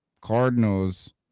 Cardinals